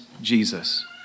Jesus